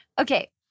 Okay